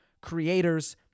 creators